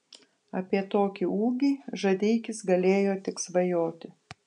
apie tokį ūgį žadeikis galėjo tik svajoti